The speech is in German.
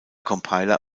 compiler